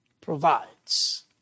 provides